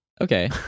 Okay